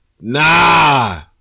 Nah